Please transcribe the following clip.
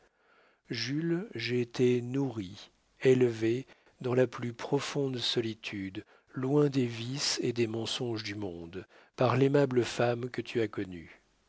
jules j'ai été nourrie élevée dans la plus profonde solitude loin des vices et des mensonges du monde par l'aimable femme que tu as connue